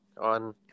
on